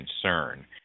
concern